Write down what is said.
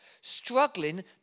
Struggling